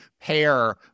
pair